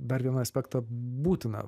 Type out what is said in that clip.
dar vieną aspektą būtina